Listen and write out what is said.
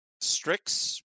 Strix